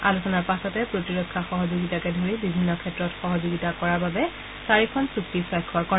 আলোচনাৰ পাছতে প্ৰতিৰক্ষা সহযোগিতাকে ধৰি বিভিন্ন ক্ষেত্ৰত সহযোগিতা কৰাৰ বাবে চাৰিখন চুক্তিত স্বাক্ষৰ কৰে